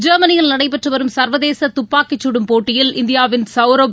ஜெர்மனியில் நடைபெற்று வரும் சர்வதேச துப்பாக்கிச்சுடும் போட்டியில் இந்தியாவின் சவ்ரப்